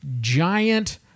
giant